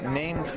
name